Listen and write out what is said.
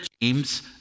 James